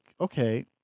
okay